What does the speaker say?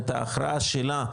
את ההכרעה שלה,